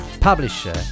publisher